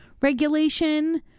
regulation